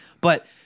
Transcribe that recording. But-